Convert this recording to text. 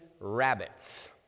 rabbits